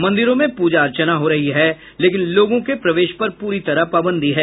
मंदिरों में प्रजा अर्चना हो रही है लेकिन लोगों के प्रवेश पर प्ररी तरह पाबंदी है